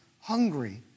hungry